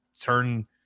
turn